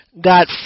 got